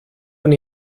una